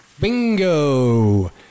Bingo